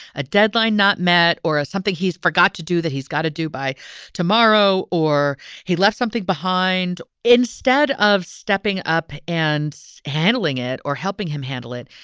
a deadline, not met or something, he's forgot to do that he's got to do by tomorrow or he left something behind instead of stepping up and handling it or helping him handle it.